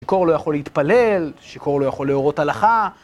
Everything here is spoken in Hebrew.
שיכור לא יכול להתפלל, שיכור לא יכול להורות הלכה